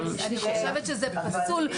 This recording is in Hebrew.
אבל --- אני חושבת שזה פסול,